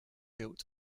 built